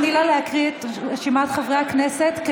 תני לה להקריא את רשימת חברי הכנסת,